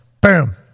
Boom